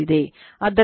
ಆದ್ದರಿಂದ sin 2 0